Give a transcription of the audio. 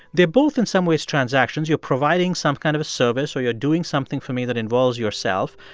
they're both, in some ways, transactions. you're providing some kind of a service or you're doing something for me that involves yourself.